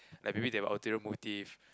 like maybe they got ulterior motive